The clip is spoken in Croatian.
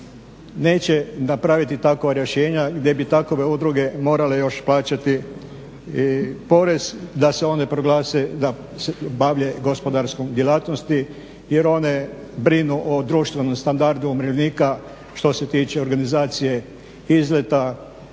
neće napraviti takva rješenja gdje bi takove udruge morale još plaćati i porez, da se one proglase da se bave gospodarskom djelatnosti jer one brinu o društvenom standardu umirovljenika što se tiče organizacije izleta